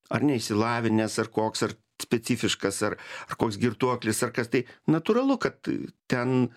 ar neišsilavinęs ar koks ar specifiškas ar koks girtuoklis ar kas tai natūralu kad ten